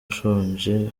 ushonje